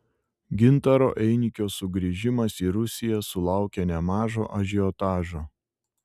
gintaro einikio sugrįžimas į rusiją sulaukė nemažo ažiotažo